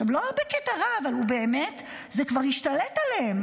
לא בקטע רע, אבל באמת, זה כבר השתלט עליהם.